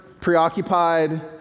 preoccupied